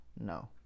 No